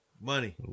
Money